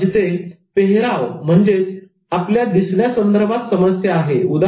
जिथे पेहरावदिसण्या संदर्भात समस्या आहे उदा